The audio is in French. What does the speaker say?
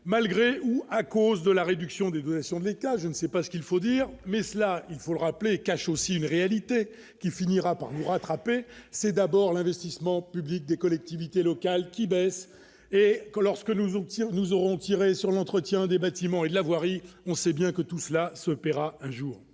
malgré ou à cause de la réduction des donations de l'État, je ne sais pas ce qu'il faut dire, mais cela, il faut le rappeler cache aussi une réalité qui finira par nous rattraper, c'est d'abord l'investissement public des collectivités locales qui baissent et que lorsque nous obtiendrons, nous aurons tiré sur l'entretien des bâtiments et de la voirie, on sait bien que tout cela se paiera un jour,